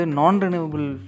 non-renewable